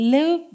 Live